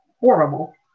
horrible